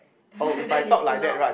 then it's too loud